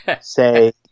say